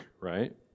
right